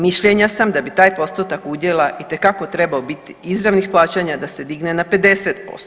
Mišljenja sam da bi taj postotak udjela itekako trebao biti izravnih plaćanja da se digne na 50%